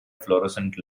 florescent